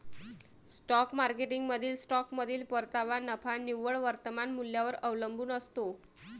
stock मार्केटमधील स्टॉकमधील परतावा नफा निव्वळ वर्तमान मूल्यावर अवलंबून असतो